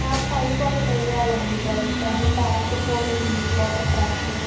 pipe ఒకటి వెయ్యాలండి బయట అంటే ట్యాప్ పోయింది వాటర్ ట్యాప్పు